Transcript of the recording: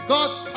God's